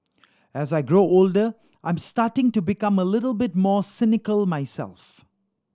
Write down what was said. as I grow older I'm starting to become a little bit more cynical myself